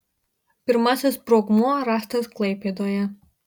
pirmasis sprogmuo rastas klaipėdoje